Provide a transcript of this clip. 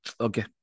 Okay